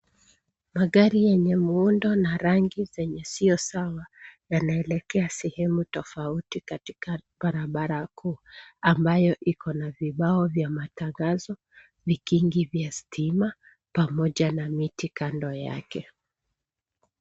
Magari yenye muundo na rangi zenye siyo sawa yanaelekea sehemu tofauti katika barabara kuu ambayo ikona vibao vya matangazo, vikingi vya stima pamoja na miti kando yake.